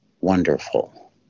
wonderful